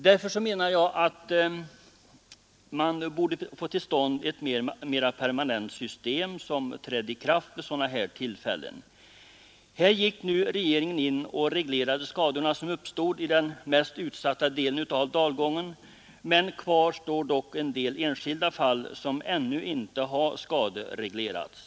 Därför menar jag att man borde få till stånd ett mera permanent system som trädde i kraft vid sådana här tillfällen. Här gick regeringen in och reglerade skadorna som uppstod i den mest utsatta delen av dalgången, men kvar står en del enskilda fall som ännu inte har skadereglerats.